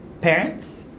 Parents